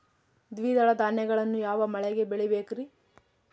ದ್ವಿದಳ ಧಾನ್ಯಗಳನ್ನು ಯಾವ ಮಳೆಗೆ ಬೆಳಿಬೇಕ್ರಿ?